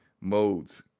modes